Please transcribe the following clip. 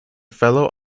fellow